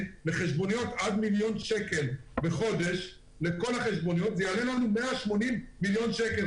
לחשבוניות עד מיליון שקל בחודש וזה יעלה לנו 180 מיליון שקל.